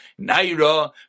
Naira